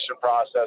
process